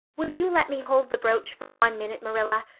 will you let me hold the brooch for one minute, marilla?